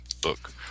book